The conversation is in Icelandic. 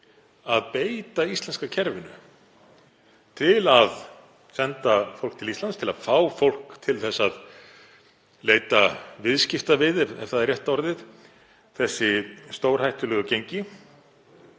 að beita íslenska kerfinu til að senda fólk til Íslands, til að fá fólk til að leita viðskipta við, ef það er rétta orðið, þessi stórhættulegu gengi